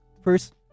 first